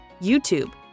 YouTube